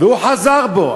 והוא חזר בו.